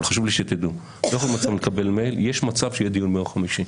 אבל חשוב לי שתדעו --- יש מצב יהיה דיון ביום חמישי.